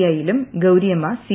ഐയിലും Gouriamma C